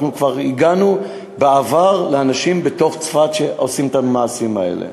אנחנו כבר הגענו בעבר לאנשים בתוך צפת שעושים את המעשים האלה.